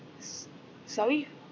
s~ sorry